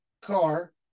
car